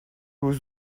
روز